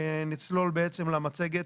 נצלול בעצם למצגת.